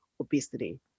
obesity